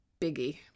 biggie